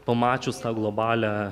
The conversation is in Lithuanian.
pamačius tą globalią